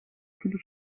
کیلو